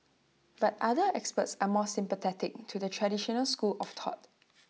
but other experts are more sympathetic to the traditional school of thought